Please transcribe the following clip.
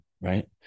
Right